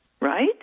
right